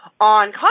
on